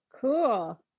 Cool